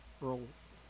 Roles